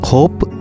Hope